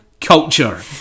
culture